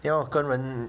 要跟人